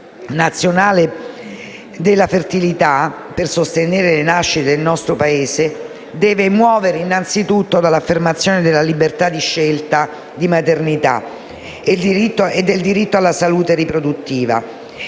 Un piano nazionale della fertilità per sostenere le nascite nel nostro Paese deve muovere dall'affermazione della libertà di scelta di maternità e del diritto alla salute riproduttiva